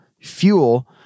fuel